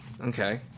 Okay